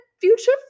Future